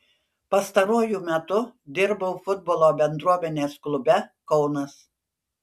pastaruoju metu dirbau futbolo bendruomenės klube kaunas